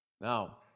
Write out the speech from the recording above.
Now